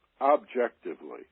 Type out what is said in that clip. objectively